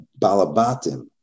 Balabatim